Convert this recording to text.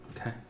Okay